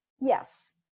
yes